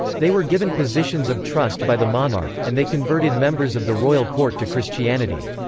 they were given positions of trust by the monarch, and they converted members of the royal court to christianity.